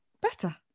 better